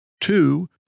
two